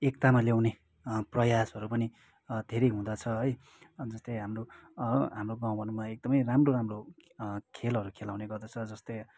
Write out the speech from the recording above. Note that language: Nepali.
एकतामा ल्याउने प्रयासहरू पनि धेरै हुँदछ है अब जस्तै हाम्रो हाम्रो गाउँ घरमा एकदमै राम्रो राम्रो खेलहरू खेलाउने गर्दछ जस्तै